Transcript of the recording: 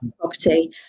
property